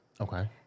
Okay